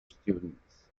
students